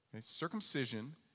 Circumcision